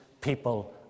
people